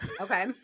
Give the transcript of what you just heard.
Okay